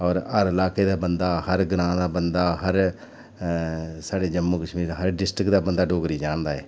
होर हर इलाके दा बंदा हर ग्रांऽ दा बंदा हर साढ़े जम्मू कशमीर दा हर डिस्ट्रिक दा बंदा डोगरी जानदा